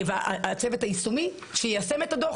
הצוות היישומי שיישם את הדוח,